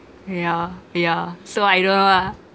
yeah yeah so I don't know lah